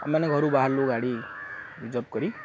ଆମେମାନେ ଘରୁ ବାହାରିଲୁ ଗାଡ଼ି ରିଜର୍ଭ କରି